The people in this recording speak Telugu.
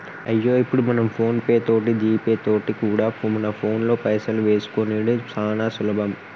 అయ్యో ఇప్పుడు మనం ఫోన్ పే తోటి జీపే తోటి కూడా మన ఫోన్లో పైసలు వేసుకునిడు సానా సులభం